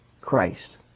Christ